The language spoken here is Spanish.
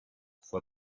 fue